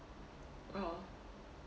oh